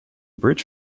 bridge